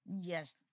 Yes